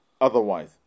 otherwise